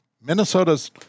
Minnesota's